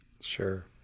Sure